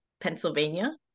Pennsylvania